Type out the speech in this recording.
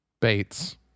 Bates